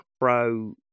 Pro